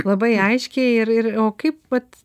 labai aiškiai ir ir o kaip vat